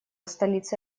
столица